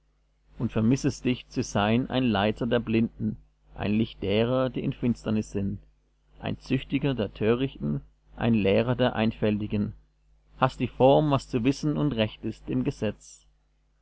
und vermissest dich zu sein ein leiter der blinden ein licht derer die in finsternis sind ein züchtiger der törichten ein lehrer der einfältigen hast die form was zu wissen und recht ist im gesetz